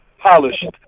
Polished